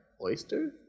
oyster